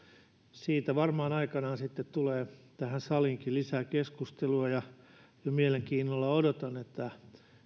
siitä varmaan sitten aikanaan tulee tähän saliinkin lisää keskustelua mielenkiinnolla odotan